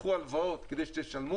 תיקחו הלוואות כדי שתשלמו